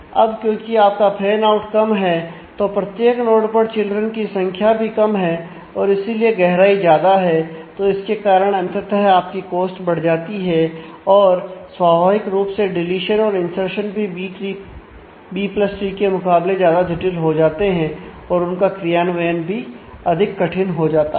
अब क्योंकि आपका फैन आउट कम है तो प्रत्येक नोड पर चिल्ड्रन की संख्या भी कम है और इसीलिए गहराई ज्यादा है तो इसके कारण अंततः आपकी कोस्ट बढ़ जाती है और स्वाभाविक रूप से डीलीशन और इंर्सशन भी बी प्लस ट्री के मुकाबले ज्यादा जटिल हो जाते हैं और उनका क्रियान्वयन भी अधिक कठिन हो जाता है